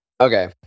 Okay